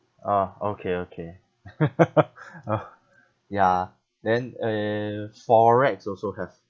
ah okay okay ya then eh forex also have